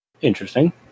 interesting